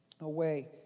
away